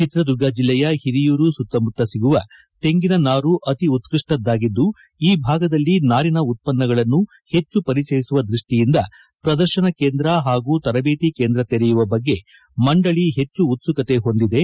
ಚಿತ್ರದುರ್ಗ ಜಿಲ್ಲೆಯ ಹಿರಿಯೂರು ಸುತ್ತ ಮುತ್ತ ಸಿಗುವ ತೆಂಗಿನ ನಾರು ಅತಿ ಉತ್ಪಷ್ಟದ್ದಾಗಿದ್ದು ಈ ಭಾಗದಲ್ಲಿ ನಾರಿನ ಉತ್ತನ್ನಗಳನ್ನು ಹೆಚ್ಚು ಪರಿಚಯಿಸುವ ದೃಷ್ಟಿಯಿಂದ ಪ್ರದರ್ಶನ ಕೇಂದ್ರ ಹಾಗೂ ತರಬೇತಿ ಕೇಂದ್ರ ತೆರೆಯುವ ಬಗ್ಗ ಮಂಡಳಿ ಹೆಚ್ಚು ಉತ್ಸುಕತೆ ಹೊಂದಿದೆ